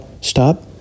stop